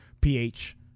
ph